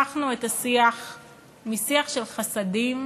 הפכנו את השיח משיח של חסדים